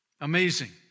Amazing